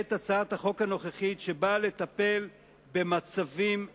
את הצעת החוק הנוכחית, שבאה לטפל במצבים אלה.